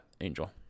Angel